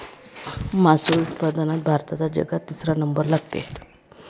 मासोळी उत्पादनात भारताचा जगात तिसरा नंबर लागते